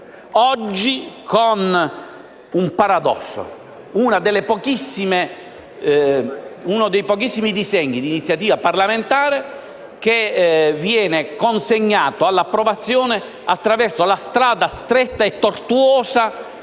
oggi con un paradosso: uno dei pochissimi disegni di iniziativa parlamentare viene consegnato all'approvazione attraverso la strada stretta e tortuosa